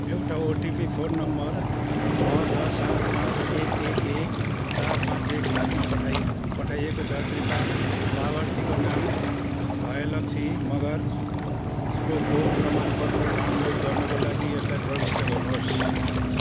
एउटा OTP phone number छ छ सात पाँच एक एक एक चार पाँच एक पाँचमा पठाई पठाइएको छ कृपया लाभार्थीको नाम भयलक्षी मगरको खोप प्रमाणपत्र डाउनलोड गर्नाका लागि यसलाई प्रविष्ट गर्नुहोस्